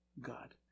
God